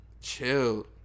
Chilled